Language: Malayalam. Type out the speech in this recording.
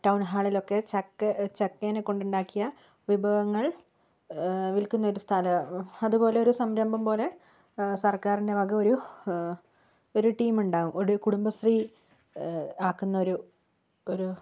ടൗൺ ഹാളിലൊക്കെ ചക്ക ചക്കേനെക്കൊണ്ട് ഉണ്ടാക്കിയ വിഭവങ്ങൾ വിൽക്കുന്ന ഒരു സ്ഥലം അതുപോലെ ഒരു സംരംഭം പോലെ സർക്കാരിന്റെ വക ഒരു ഒരു ടീം ഉണ്ടാവും ഒരു കുടുംബശ്രീ ആക്കുന്ന ഒരു ഒരു